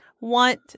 want